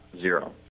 zero